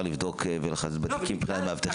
לבדוק ולחטט בתיקים מבחינת המאבטחים.